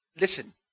listen